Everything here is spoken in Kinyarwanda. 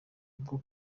bwo